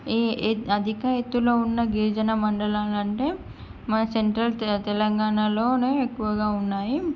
ఈ ఈ అధిక ఎత్తులో ఉన్న గిరిజన మండలాలు అంటే మన సెంట్రల్ తె తెలంగాణలోనే ఎక్కువగా ఉన్నాయి